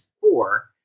four